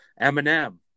Eminem